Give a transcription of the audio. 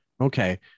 Okay